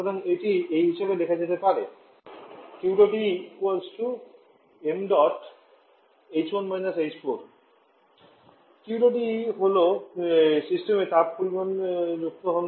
সুতরাং এটি এই হিসাবে লেখা যেতে পারে Q dot E হল সিস্টেমে তাপের পরিমাণ যুক্ত হয়